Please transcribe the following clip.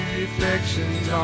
reflections